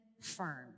firm